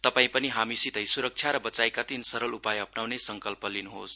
तपाई पनि हामीसितै सुरक्षा र वचाइका तीन सरल उपाय अप्नाउने संकल्प गर्नुहोस